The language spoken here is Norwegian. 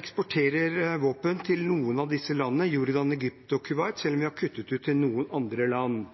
eksporterer fortsatt våpen til noen av disse landene – Jordan, Egypt og Kuwait – selv om vi har kuttet ut eksporten til noen andre land.